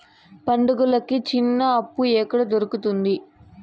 పండుగలకి చిన్న అప్పు ఎక్కడ దొరుకుతుంది